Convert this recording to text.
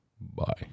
Bye